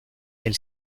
del